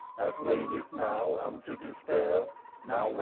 waneth now unto despair now,